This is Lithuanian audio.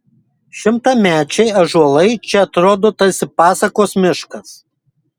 šimtamečiai ąžuolai čia atrodo tarsi pasakos miškas